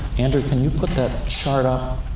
andrew, can you put that chart up?